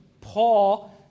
Paul